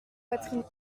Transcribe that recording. poitrines